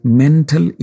mental